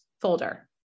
folder